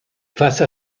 face